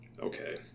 Okay